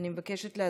הצעות מס'